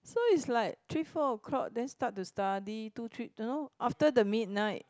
so is like three four O-clock then start to study two three you know after the midnight